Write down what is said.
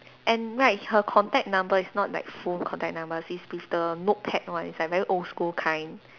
and right her contact number is not like full contact number is with the notepad one is like very old school kind